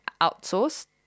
outsourced